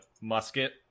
musket